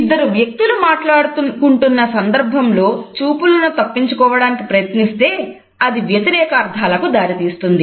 ఇద్దరు వ్యక్తులు మాట్లాడుకుంటున్న సందర్భంలో చూపులను తప్పించుకోవడానికి ప్రయత్నిస్తే అది వ్యతిరేక అర్థాలకు దారి తీస్తుంది